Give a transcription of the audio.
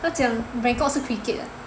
他讲 Bangkok 是 cricket